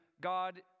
God